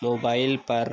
mobile पर